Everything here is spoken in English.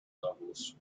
levels